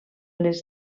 les